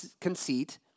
conceit